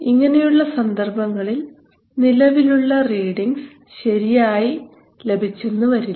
ഇങ്ങനെയുള്ള സന്ദർഭങ്ങളിൽ നിലവിലുള്ള റീഡിങ്സ് ശരിയായി ലഭിച്ചെന്നുവരില്ല